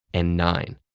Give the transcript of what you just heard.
and nine.